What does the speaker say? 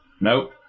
Nope